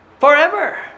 forever